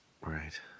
Right